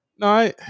No